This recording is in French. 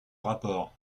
rapport